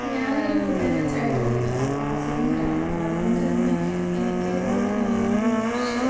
ഞാനൊരു കുട്ടനാട് സൈഡിൽ താമസിക്കുന്നൊരാളാണ് അതുകൊണ്ടുതന്നെ എനിക്ക് ഇതുപോലുള്ള കാര്യങ്ങളിൽ കുറച്ച്